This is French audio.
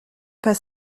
pas